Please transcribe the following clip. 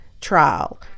trial